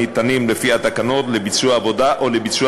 הנדרשים לפי התקנות לביצוע עבודה או לביצוע